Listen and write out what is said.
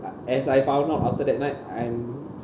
as I found out after that night I'm